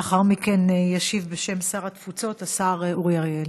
לאחר מכן ישיב בשם שר התפוצות השר אורי אריאל.